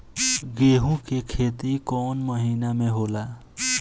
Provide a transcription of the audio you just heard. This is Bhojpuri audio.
गेहूं के खेती कौन महीना में होला?